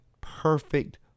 perfect